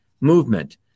Movement